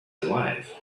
alive